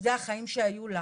זה החיים שהיו לך",